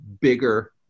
bigger